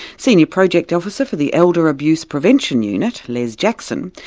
senior project officer for the elder abuse prevention unit, les jackson,